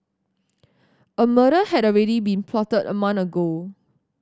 a murder had already been plotted a month ago